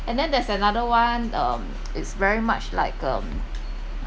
and then there's another one um it's very much like um